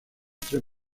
tres